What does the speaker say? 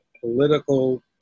political